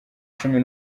cumi